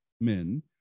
men